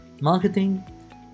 marketing